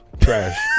Trash